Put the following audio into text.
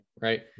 right